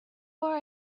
are